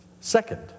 Second